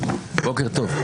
בוקר טוב,